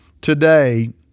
today